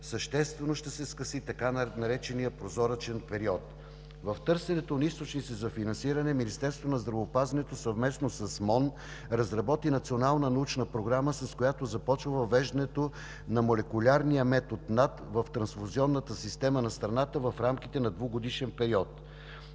съществено ще се скъси така нареченият „прозоречен“ период. В търсенето на източници за финансиране Министерството на здравеопазването, съвместно с Министерството на образованието и науката, разработи национална научна програма, с която започва въвеждането на молекулярния метод NAT в трансфузионната система на страната в рамките на двугодишен период.